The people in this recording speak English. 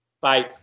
Bye